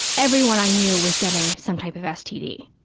everyone i knew was getting some type of std,